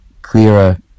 clearer